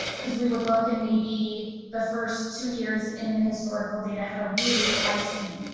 because we would look and maybe the first two years in the historical data had a really high swing.